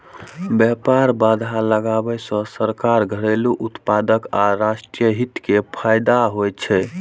व्यापार बाधा लगाबै सं सरकार, घरेलू उत्पादक आ राष्ट्रीय हित कें फायदा होइ छै